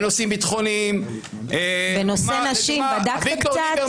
בנושאים ביטחוניים -- בנושא נשים בדקת קצת?